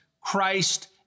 Christ